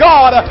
God